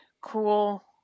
cool